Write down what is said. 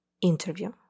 interview